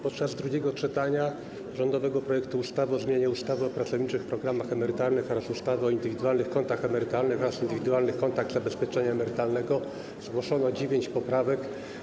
Podczas drugiego czytania rządowego projektu ustawy o zmianie ustawy o pracowniczych programach emerytalnych oraz ustawy o indywidualnych kontach emerytalnych oraz indywidualnych kontach zabezpieczenia emerytalnego zgłoszono 9 poprawek.